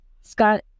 Scott